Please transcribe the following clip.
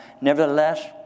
Nevertheless